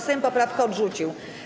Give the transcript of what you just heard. Sejm poprawkę odrzucił.